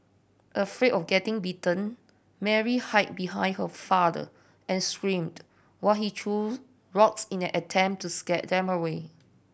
afraid of getting bitten Mary hid behind her father and screamed while he threw rocks in an attempt to scare them away